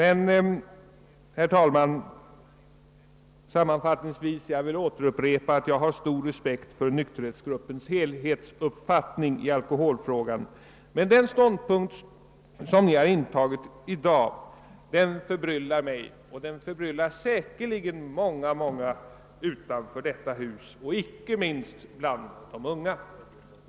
Jag återupprepar, herr talman, att jag har stor respekt för nykterhetsgruppens helhetsuppfattning i alkohbolfrågan, men den ståndpunkt som man har intagit i dag förbryllar mig och säkerligen också många utanför detta hus, icke minst bland de unga.